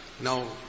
no